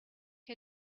her